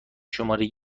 شماره